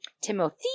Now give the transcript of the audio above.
Timothy